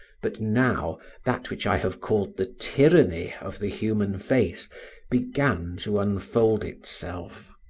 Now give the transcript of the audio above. but now that which i have called the tyranny of the human face began to unfold itself.